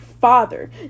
father